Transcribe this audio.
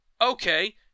Okay